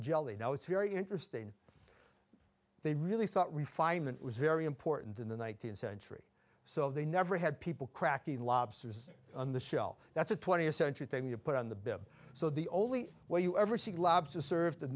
jelly now it's very interesting they really thought refinement was very important in the nineteenth century so they never had people cracking lobsters in the shell that's a twentieth century thing you put on the bit so the only way you ever see lobsters served in